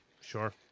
Sure